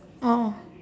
oh